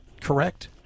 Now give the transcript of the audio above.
correct